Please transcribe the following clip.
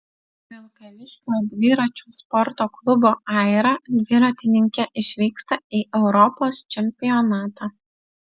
vilkaviškio dviračių sporto klubo aira dviratininkė išvyksta į europos čempionatą